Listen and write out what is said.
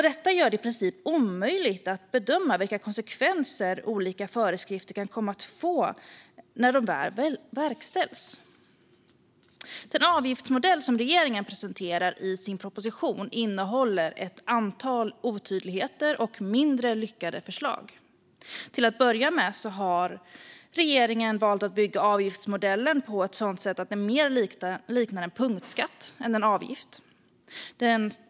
Detta gör det i princip omöjligt att bedöma vilka konsekvenser olika föreskrifter kan komma att få när de väl verkställs. Den avgiftsmodell som regeringen presenterar i sin proposition innehåller ett antal otydligheter och mindre lyckade förslag. Till att börja med har regeringen valt att bygga avgiftsmodellen på ett sådant sätt att det mer liknar en punktskatt än en avgift.